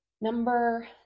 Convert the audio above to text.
number